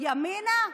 ימינה?